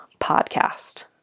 podcast